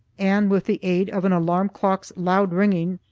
and with the aid of an alarm clock's loud ringing,